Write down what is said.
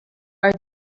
are